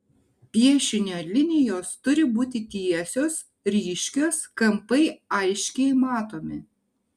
piešinio linijos turi būti tiesios ryškios kampai aiškiai matomi